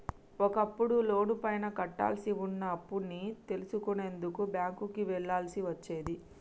ఒకప్పుడు లోనుపైన కట్టాల్సి వున్న అప్పుని తెలుసుకునేందుకు బ్యేంకుకి వెళ్ళాల్సి వచ్చేది